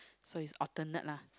so is alternate lah